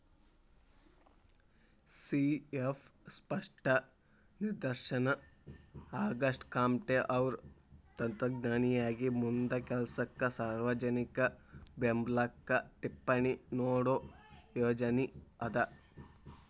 C F ಸ್ಪಷ್ಟ ನಿದರ್ಶನ ಆಗಸ್ಟೆಕಾಮ್ಟೆಅವ್ರ್ ತತ್ವಜ್ಞಾನಿಯಾಗಿ ಮುಂದ ಕೆಲಸಕ್ಕ ಸಾರ್ವಜನಿಕ ಬೆಂಬ್ಲಕ್ಕ ಟಿಪ್ಪಣಿ ನೇಡೋ ಯೋಜನಿ ಅದ